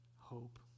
hope